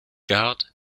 garde